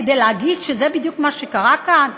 כדי להגיד שזה בדיוק מה שקרה כאן?